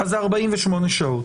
אז זה 48 שעות.